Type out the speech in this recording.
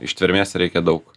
ištvermės reikia daug